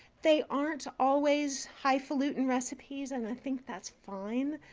they aren't always highfaluting recipes. and i think that's fine.